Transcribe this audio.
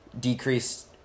decreased